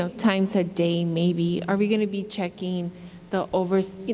so times a day, maybe, are we going to be checking the oversight,